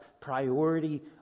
priority